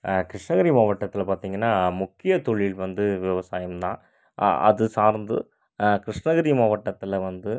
கிருஷ்ணகிரி மாவட்டத்தில் பார்த்திங்கனா முக்கியத்தொழில் வந்து விவசாயம் தான் அது சார்ந்து கிருஷ்ணகிரி மாவட்டத்தில் வந்து